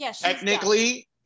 Technically